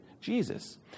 Jesus